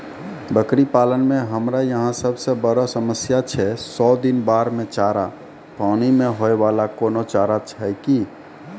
बकरी पालन मे हमरा यहाँ सब से बड़ो समस्या छै सौ दिन बाढ़ मे चारा, पानी मे होय वाला कोनो चारा छै कि?